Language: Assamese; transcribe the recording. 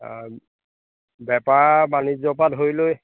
বেপাৰ বাণিজ্যৰ পৰা ধৰি লৈ